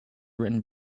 written